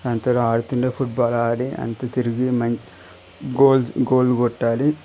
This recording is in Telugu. దాంతో ఆడుతుంటే ఫుట్బాల్ ఆడి అంతా తిరిగి మ గోల్స్ గోల్ కొట్టాలి